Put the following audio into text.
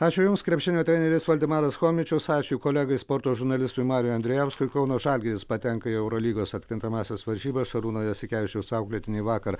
ačiū jums krepšinio treneris valdemaras chomičius ačiū kolegai sporto žurnalistui mariui andrijauskui kauno žalgiris patenka į eurolygos atkrintamąsias varžybas šarūno jasikevičiaus auklėtiniai vakar